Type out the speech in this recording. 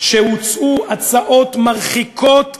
הוצעו הצעות מרחיקות לכת,